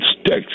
sticks